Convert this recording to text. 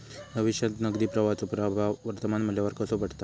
भविष्यात नगदी प्रवाहाचो प्रभाव वर्तमान मुल्यावर कसो पडता?